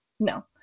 No